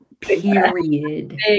Period